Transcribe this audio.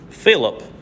Philip